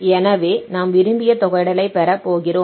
எனவே நாம் விரும்பிய தொகையிடலைப் பெற போகிறோம்